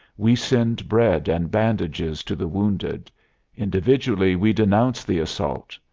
we send bread and bandages to the wounded individually we denounce the assault.